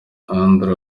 andre